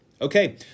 Okay